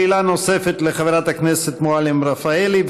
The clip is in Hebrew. שאלה נוספת לחברת הכנסת מועלם-רפאלי,